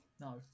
No